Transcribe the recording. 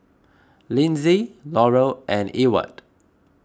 Lindsey Laurel and Ewart